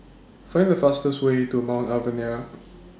Find The fastest Way to Mount Alvernia